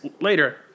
later